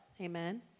Amen